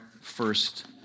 first